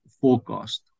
forecast